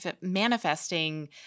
manifesting